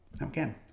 Again